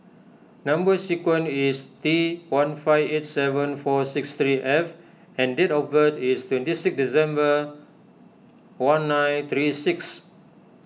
Number Sequence is T one five eight seven four six three F and date of birth is twenty six December one nine three six